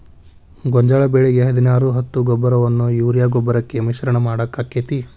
ಗೋಂಜಾಳ ಬೆಳಿಗೆ ಹದಿನಾರು ಹತ್ತು ಗೊಬ್ಬರವನ್ನು ಯೂರಿಯಾ ಗೊಬ್ಬರಕ್ಕೆ ಮಿಶ್ರಣ ಮಾಡಾಕ ಆಕ್ಕೆತಿ?